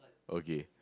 okay